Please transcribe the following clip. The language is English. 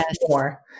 more